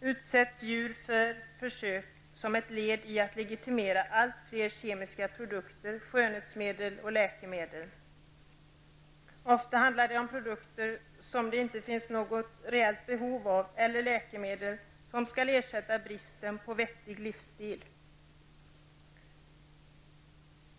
utsätts djur för försök som ett led i att legitimera allt fler kemikalier, skönhetsprodukter, läkemedel. Ofta handlar det om produkter som det inte finns något reellt behov av eller läkemedel som skall ersätta bristen på en vettig livsstil.